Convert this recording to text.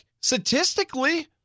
statistically